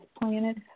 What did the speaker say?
planet